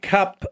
Cup